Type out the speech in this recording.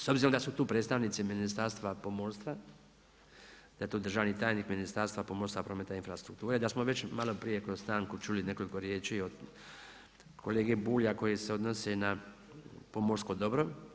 S obzirom da su tu predstavnici Ministarstva pomorstva, da je tu državni tajnik Ministarstva pomorstva, prometa i infrastrukture, da smo već malo prije kroz stanku čuli i nekoliko riječi od kolege Bulja koje se odnose na pomorsko dobro.